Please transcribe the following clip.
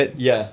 ya